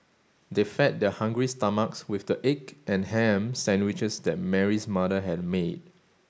they fed their hungry stomachs with the egg and ham sandwiches that Mary's mother had made